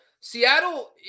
Seattle –